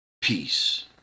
peace